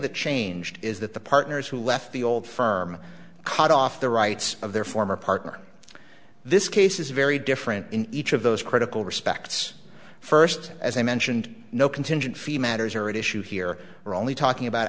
that changed is that the partners who left the old firm cut off the rights of their former partner this case is very different in each of those critical respects first as i mentioned no contingent fee matters are at issue here we're only talking about